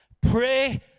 Pray